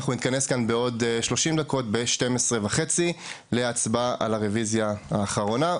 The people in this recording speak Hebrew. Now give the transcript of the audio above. אנחנו נתכנס כאן בעוד 30 דקות ב-12:30 להצבעה על הרוויזיה האחרונה.